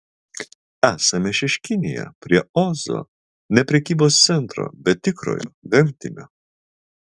esame šeškinėje prie ozo ne prekybos centro bet tikrojo gamtinio